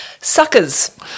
Suckers